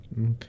Okay